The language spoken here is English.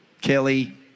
Kelly